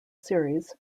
series